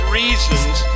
reasons